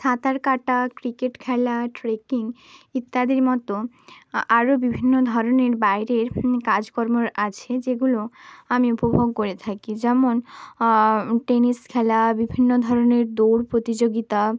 সাঁতার কাটা ক্রিকেট খেলা ট্রেকিং ইত্যাদির মতো আরও বিভিন্ন ধরনের বাইরের কাজকর্ম আছে যেগুলো আমি উপভোগ করে থাকি যেমন টেনিস খেলা বিভিন্ন ধরনের দৌড় প্রতিযোগিতা